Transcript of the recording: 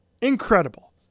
Incredible